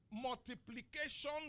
Multiplication